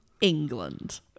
England